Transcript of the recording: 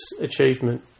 achievement